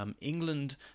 England